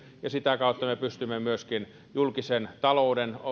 ja sitä kautta me pystymme myöskin julkisen talouden